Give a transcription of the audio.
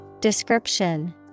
Description